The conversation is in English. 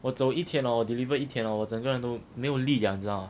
我走一天 hor 我 deliver 一天 hor 我整个人都没有力了你知道吗